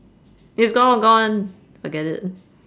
it's all gone forget it